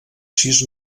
sis